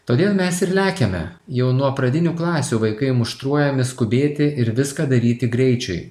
todėl mes ir lekiame jau nuo pradinių klasių vaikai muštruojami skubėti ir viską daryti greičiui